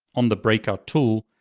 on the breakout tool,